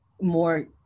more